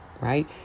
right